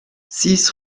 six